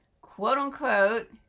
quote-unquote